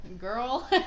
Girl